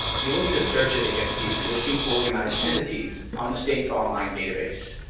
you will need to search it against the existing organized entities on the state's online database.